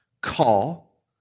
call